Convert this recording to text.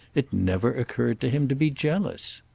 it never occurred to him to be jealous.